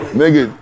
nigga